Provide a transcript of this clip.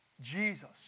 Jesus